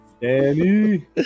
Danny